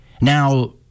Now